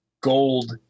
gold